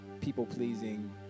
people-pleasing